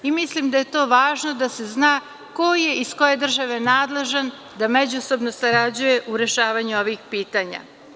Mislim da je to važno, da se zna ko je i iz koje države nadležan da međusobno sarađuje u rešavanju ovih pitanja.